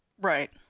Right